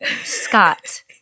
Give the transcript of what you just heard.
Scott